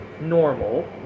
normal